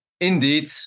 Indeed